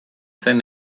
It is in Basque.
zen